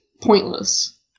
pointless